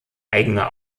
eigener